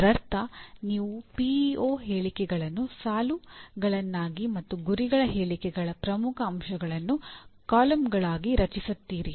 ಇದರರ್ಥ ನೀವು ಪಿಇಒ ಹೇಳಿಕೆಗಳನ್ನು ಸಾಲುಗಳನ್ನಾಗಿ ಮತ್ತು ಗುರಿಗಳ ಹೇಳಿಕೆಗಳ ಪ್ರಮುಖ ಅಂಶಗಳನ್ನು ಕಾಲಮ್ಗಳಾಗಿ ರಚಿಸುತ್ತೀರಿ